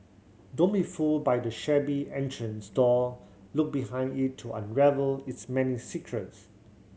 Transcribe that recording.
don't be fooled by the shabby entrance door look behind it to unravel its many secrets